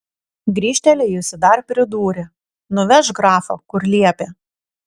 grįžtelėjusi dar pridūrė nuvežk grafą kur liepė